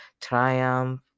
Triumph